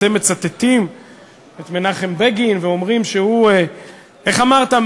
אתם מצטטים את מנחם בגין ואומרים שהוא, איך אמרת?